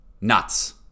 nuts